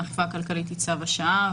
האכיפה הכלכלית היא צו השעה,